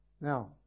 Now